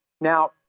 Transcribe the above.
Now